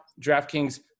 DraftKings